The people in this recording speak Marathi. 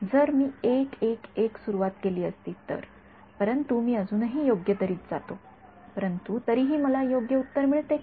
जर एक मी एक एक सुरुवात केली असती तर परंतु मी अजूनही योग्य दरीत जातो परंतु तरीही मला योग्य उत्तर मिळते का